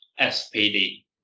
SPD